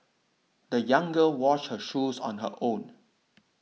the young girl washed her shoes on her own